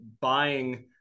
buying